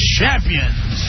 champions